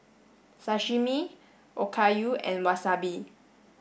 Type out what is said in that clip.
Sashimi Okayu and Wasabi